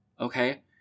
Okay